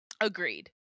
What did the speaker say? Agreed